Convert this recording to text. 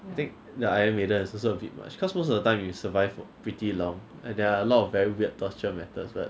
I think the iron maiden is also a bit much because most of the time you survive pretty long and there are a lot of very weird torture methods but